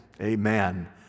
Amen